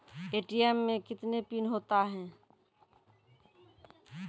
ATM मे कितने PIN होता हैं?